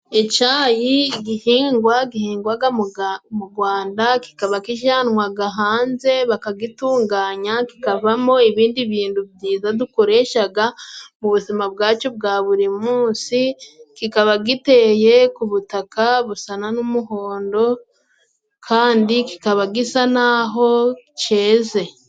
Icyayi igihingwa gihingwaga mu Gwanda, kikaba kijanwaga hanze bakagitunganya kikavamo ibindi bintu byiza dukoreshaga mu buzima bwacu bwa buri munsi, kikaba giteye ku butaka busa n'umuhondo kandi kikaba gisa naho cyeze.